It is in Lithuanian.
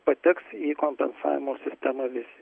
pateks į kompensavimo sistemą visi